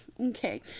Okay